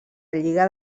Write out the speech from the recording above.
lliga